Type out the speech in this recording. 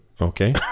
Okay